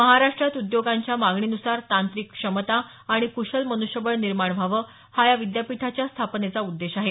महाराष्ट्रात उद्योगांच्या मागणीन्सार तांत्रिक क्षमता आणि कुशल मनुष्यबळ निर्माण व्हावं हा या विद्यापीठाच्या स्थापनेचा उद्देश आहे